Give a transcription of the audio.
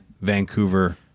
Vancouver